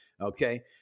okay